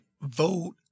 vote